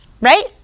right